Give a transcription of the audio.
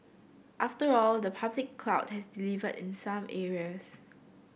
after all the public cloud has delivered in some areas